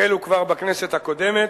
החלו כבר בכנסת הקודמת,